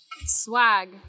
Swag